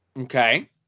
Okay